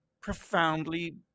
profoundly